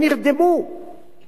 הונחו בארון המתים.